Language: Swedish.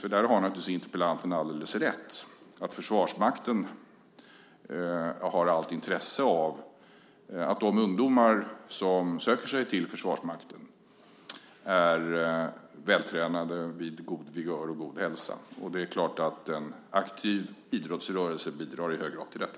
Interpellanten har naturligtvis alldeles rätt i att Försvarsmakten har allt intresse av att de ungdomar som söker sig dit är vältränade, vid god vigör och vid god hälsa. Det är klart att en aktiv idrottsrörelse i hög grad bidrar till detta.